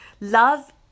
Love